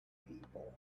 people